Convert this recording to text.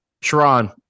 Sharon